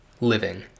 Living